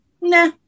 nah